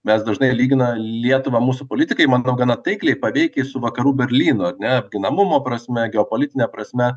mes dažnai lygina lietuvą mūsų politikai manau gana taikliai paveikiai su vakarų berlynu ar ne apginamumo prasme geopolitine prasme